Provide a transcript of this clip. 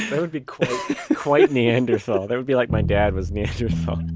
that would be quite quite neanderthal. that would be like my dad was neanderthal.